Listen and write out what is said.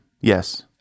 Yes